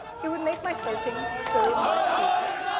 it would make my searching so much easier.